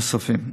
נוספים.